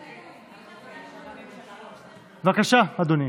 בבקשה, אדוני,